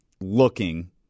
looking